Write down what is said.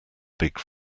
big